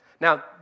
now